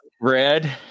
Red